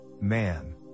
man